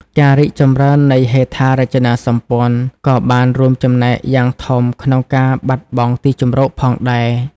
ការរីកចម្រើននៃហេដ្ឋារចនាសម្ព័ន្ធ ក៏បានរួមចំណែកយ៉ាងធំក្នុងការបាត់បង់ទីជម្រកផងដែរ។